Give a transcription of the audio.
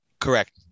correct